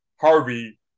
Harvey